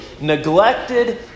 neglected